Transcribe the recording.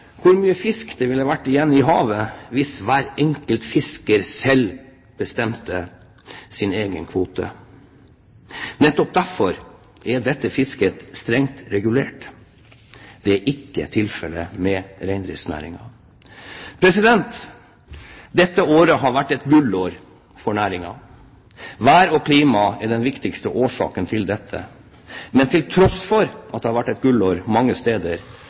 hvor mye fisk det ville vært igjen i havet hvis hver enkelt fisker selv fikk bestemme sin egen kvote. Nettopp derfor er fisket strengt regulert. Det er ikke tilfellet med reindriftsnæringen. Dette året har vært et gullår for næringen. Vær og klima er den viktigste årsaken til det. Men til tross for at det har vært et gullår mange steder,